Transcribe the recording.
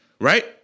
right